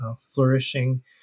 flourishing